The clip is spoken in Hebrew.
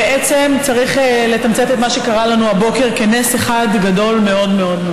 בעצם צריך לתמצת את מה שקרה לנו הבוקר כנס אחד גדול מאוד מאוד,